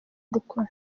gukora